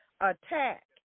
attack